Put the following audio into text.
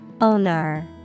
Owner